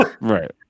Right